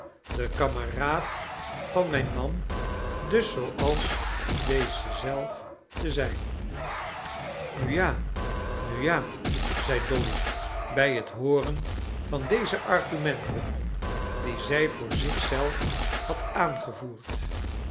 de kameraad van mijn man dus zooals deze zelf te zijn nu ja nu ja zei dolly bij het hooren van deze argumenten die zij voor zich zelf had aangevoerd